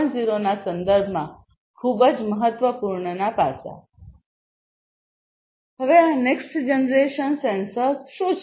0 ના સંદર્ભમાં આ ખૂબ જ મહત્વપૂર્ણ છે